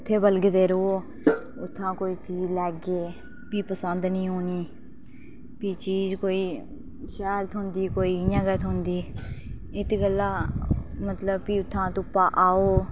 उत्थै बलगदे रवो उत्थुआं कोई चीज लैगे फ्ही पसंद नेईं औनी फ्ही चीज कोई शैल थ्होंदी कोई इयां गै थ्होंदी इत गल्ला मतलब फ्ही उत्थै धुप्पा आओ